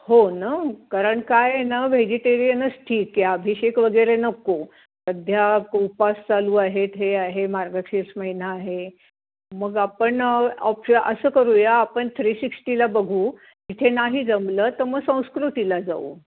हो न कारण काय आहे ना व्हेजिटेरियनच ठीक आहे अभिषेक वगैरे नको सध्या उपास चालू आहेत हे आहे मार्गशीर्ष महिना आहे मग आपण ऑप्श असं करूया आपण थ्री सिक्सटीला बघू इथे नाही जमलं तर मग संस्कृतीला जाऊ